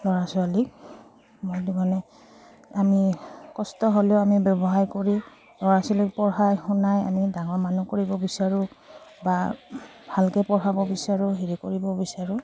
ল'ৰা ছোৱালীক মইটো মানে আমি কষ্ট হ'লেও আমি ব্যৱসায় কৰি ল'ৰা ছোৱালীক পঢ়াই শুনাই আমি ডাঙৰ মানুহ কৰিব বিচাৰোঁ বা ভালকৈ পঢ়াব বিচাৰোঁ হেৰি কৰিব বিচাৰোঁ